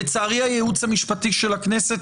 לצערי הייעוץ המשפטי של הכנסת,